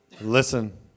Listen